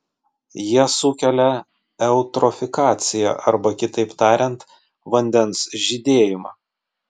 jie sukelia eutrofikaciją arba kitaip tariant vandens žydėjimą